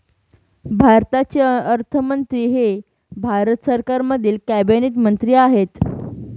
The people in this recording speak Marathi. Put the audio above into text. भारताचे अर्थमंत्री हे भारत सरकारमधील कॅबिनेट मंत्री आहेत